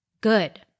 good